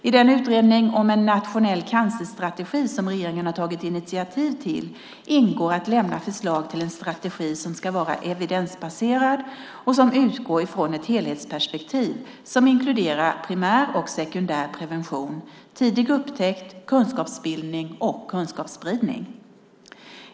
I den utredning om en nationell cancerstrategi som regeringen har tagit initiativ till ingår att lämna förslag till en strategi som ska vara evidensbaserad och utgå från ett helhetsperspektiv som inkluderar primär och sekundär prevention, tidig upptäckt, kunskapsbildning och kunskapsspridning.